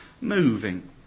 moving